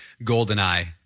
goldeneye